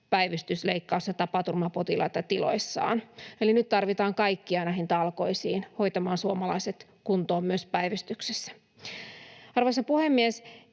päivystys‑, leikkaus‑ ja tapaturmapotilaita tiloissaan. Eli nyt tarvitaan kaikkia näihin talkoisiin hoitamaan suomalaiset kuntoon myös päivystyksessä. Arvoisa puhemies!